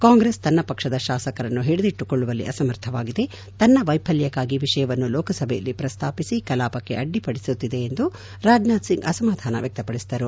ಕಾಂಗ್ರೆಸ್ ತನ್ನ ಪಕ್ಷದ ಶಾಸಕರನ್ನು ಹಿಡಿದಿಟ್ಟುಕೊಳ್ಳುವಲ್ಲಿ ಅಸಮರ್ಥವಾಗಿದೆ ತನ್ನ ವೈಫಲ್ಡಕ್ಕಾಗಿ ವಿಷಯವನ್ನು ಲೋಕಸಭೆಯಲ್ಲಿ ಪ್ರಸ್ತಾಪಿಸಿ ಕಲಾಪ ಅಡ್ಡಿಪಡಿಸುತ್ತಿದೆ ಎಂದು ರಾಜನಾಥ್ ಸಿಂಗ್ ಅಸಮಾಧಾನ ವ್ಯಕ್ತಪಡಿಸಿದರು